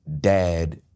dad